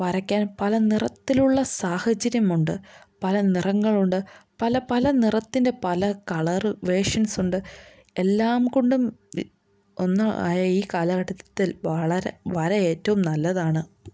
വരയ്ക്കാൻ പല നിറത്തിലുള്ള സാഹചര്യമുണ്ട് പല നിറങ്ങളുണ്ട് പല പല നിറത്തിൻ്റെ പല കളർ വേർഷൻസുണ്ട് എല്ലാം കൊണ്ടും ഒന്ന് ആയ ഈ കാലഘട്ടത്തിൽ വളരെ വര ഏറ്റവും നല്ലതാണ്